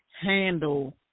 handle